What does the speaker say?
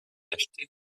acheté